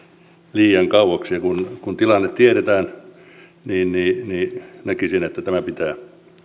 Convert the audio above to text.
liian kauaksi ja kun tilanne tiedetään niin niin näkisin että tämä pitää